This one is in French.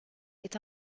est